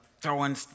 throwing